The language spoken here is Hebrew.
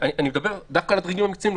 אני מדבר דווקא על הדרגים המקצועיים,